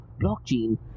blockchain